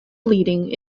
bleeding